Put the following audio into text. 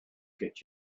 get